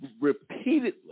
repeatedly